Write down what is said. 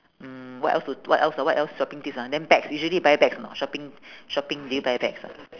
mm what else to what else so what else shopping tips ah then bags usually you buy bags or not shopping shopping do you buy bags ah